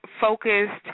focused